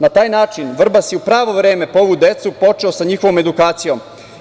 Na taj način Vrbas je u pravo vreme po ovu decu počeo sa njihovom edukacijom.